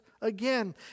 again